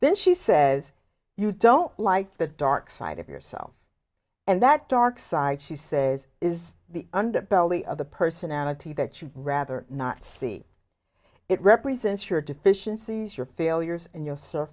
then she says you don't like the dark side of yourself and that dark side she says is the underbelly of the personality that you'd rather not see it represents your deficiencies your failures and you